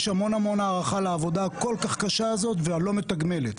יש המון המון הערכה לעבודה הכל כך קשה הזאת והלא מתגמלת.